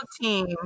team